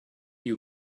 you